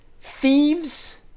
thieves